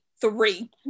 Three